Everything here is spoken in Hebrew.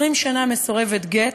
20 שנה מסורבת גט,